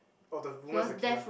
oh the woman is a killer